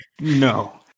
no